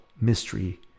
mystery